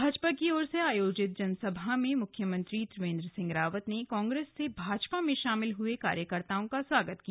भाजपा की ओर से आयोजित जनसभा में मुख्यमंत्री त्रिवेंद्र सिंह रावत ने कांग्रेस से भाजपा में शामिल हुए कार्यकर्ताओं का स्वागत किया